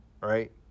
right